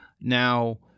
Now